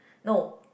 no